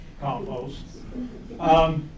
Compost